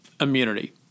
immunity